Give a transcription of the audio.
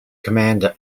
commander